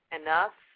enough